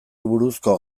buruzko